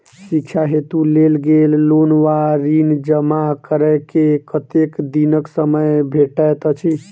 शिक्षा हेतु लेल गेल लोन वा ऋण जमा करै केँ कतेक दिनक समय भेटैत अछि?